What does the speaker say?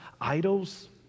idols